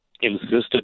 insisted